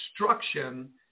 instruction